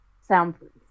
soundproof